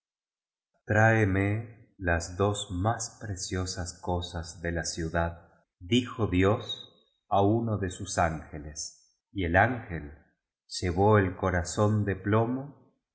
tráeme las dos más preciosas cosas de la cítil dad dijo dios a uno de aus angeles y el angel llevó el corazón de plomo